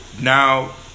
now